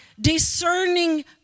discerning